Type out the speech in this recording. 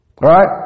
right